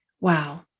Wow